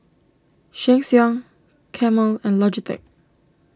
Sheng Siong Camel and Logitech